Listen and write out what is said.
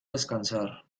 descansar